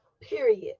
period